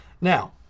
Now